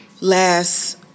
Last